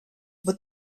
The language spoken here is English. but